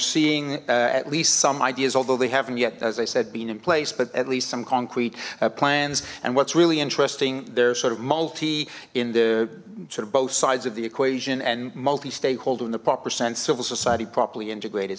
seeing at least some ideas although they haven't yet as i said being in place but at least some concrete plans and what's really interesting they're sort of multi in the sort of both sides of the equation and multi stakeholder in the proper sense civil society properly integrated